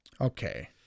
Okay